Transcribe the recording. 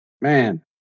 Man